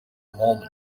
moment